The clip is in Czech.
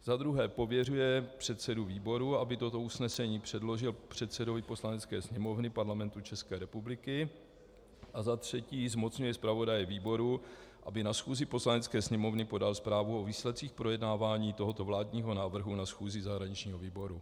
Za druhé pověřuje předsedu výboru, aby toto usnesení předložil předsedovi Poslanecké sněmovny Parlamentu České republiky, a za třetí zmocňuje zpravodaje výboru, aby na schůzi Poslanecké sněmovny podal zprávu o výsledcích projednávání tohoto vládního návrhu na schůzi zahraničního výboru.